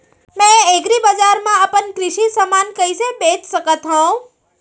मैं एग्रीबजार मा अपन कृषि समान कइसे बेच सकत हव?